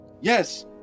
Yes